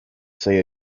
say